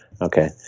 Okay